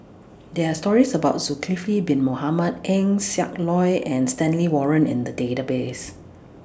There Are stories about Zulkifli Bin Mohamed Eng Siak Loy and Stanley Warren in The Database